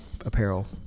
apparel